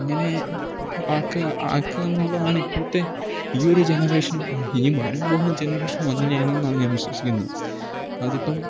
അങ്ങനെ ആക്കുക ആക്കുക എന്നുള്ളതാണ് ഇപ്പോഴത്തെ ഈ ഒരു ജനറേഷനും ആണ് ഇനി വരാൻ പോകുന്ന ജനറേഷനും അങ്ങനെയാണെന്നാണ് ഞാൻ വിശ്വസിക്കുന്നത് അതിപ്പം